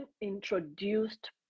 introduced